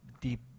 deep